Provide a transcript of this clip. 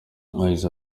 yagize